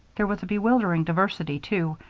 there was a bewildering diversity, too,